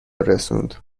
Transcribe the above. رسوند